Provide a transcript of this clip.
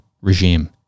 regime